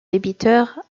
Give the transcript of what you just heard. débiteur